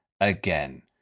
again